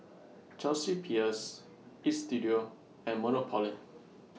Chelsea Peers Istudio and Monopoly